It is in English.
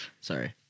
Sorry